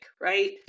right